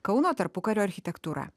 kauno tarpukario architektūra